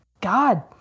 God